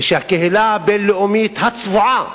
ושהקהילה הבין-לאומית, הצבועה,